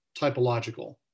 typological